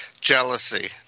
Jealousy